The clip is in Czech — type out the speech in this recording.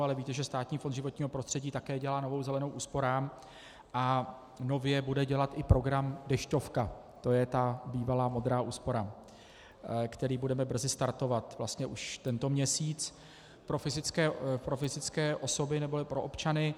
Ale víte, že Státní fond životního prostředí také dělá novou zelenou úsporám a nově bude dělat i program Dešťovka, to je ta bývalá modrá úsporám, který budeme brzy startovat, vlastně už tento měsíc pro fyzické osoby neboli pro občany.